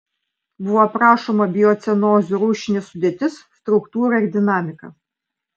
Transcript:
buvo aprašoma biocenozių rūšinė sudėtis struktūra ir dinamika